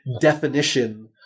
definition